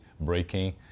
breaking